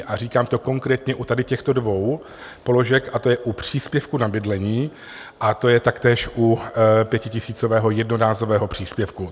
A říkám to konkrétně u tady těchto dvou položek, a to je u příspěvku na bydlení a to je taktéž u pětitisícového jednorázového příspěvku.